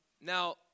Now